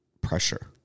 pressure